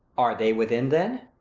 are they within then?